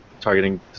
targeting